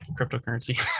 cryptocurrency